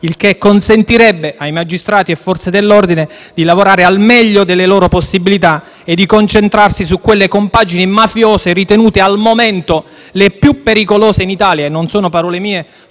il che consentirebbe a magistrati e Forze dell'ordine di lavorare al meglio delle loro possibilità e di concentrarsi su quelle compagini mafiose ritenute al momento le più pericolose in Italia